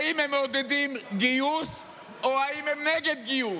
האם הם מעודדים גיוס או האם הם נגד גיוס?